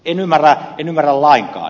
en ymmärrä lainkaan